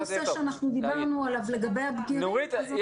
נורית,